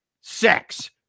sex